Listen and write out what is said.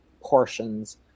portions